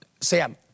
Sam